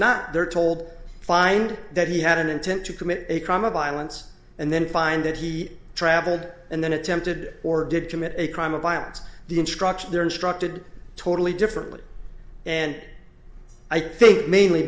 not they're told find that he had an intent to commit a crime of violence and then find that he traveled and then attempted or did commit a crime of violence the instruction they're instructed totally differently and i think mainly